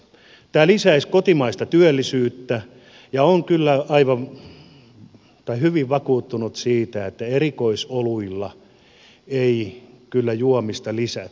tämä lisäisi kotimaista työllisyyttä ja olen kyllä hyvin vakuuttunut siitä että erikoisoluilla ei kyllä juomista lisätä